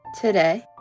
Today